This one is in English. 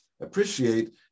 appreciate